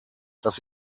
dass